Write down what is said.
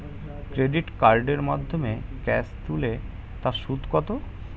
Credit কার্ডের মাধ্যমে cash তুলে তার সুদ কত?